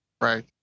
Right